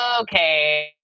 okay